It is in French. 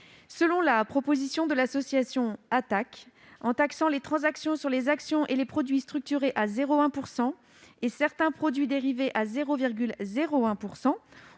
Selon la proposition de l'association Attac, en taxant les transactions sur les actions et les produits structurés à 0,1 % et certains produits dérivés à 0,01 %,